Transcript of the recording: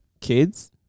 kids